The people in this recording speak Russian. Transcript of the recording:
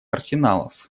арсеналов